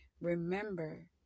remember